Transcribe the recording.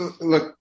look